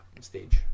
stage